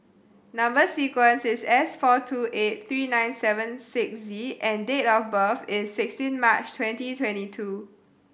number sequence is S four two eight three nine seven six Z and date of birth is sixteen March twenty twenty two